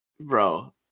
bro